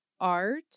art